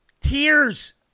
Tears